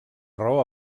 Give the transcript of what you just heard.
raó